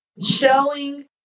showing